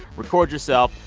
record yourself.